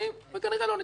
וכנראה לא נתכנס.